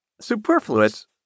superfluous